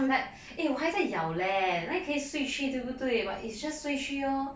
like eh 我还在咬 leh 哪里可以睡去对不对 but it just 睡去 lor